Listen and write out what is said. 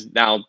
now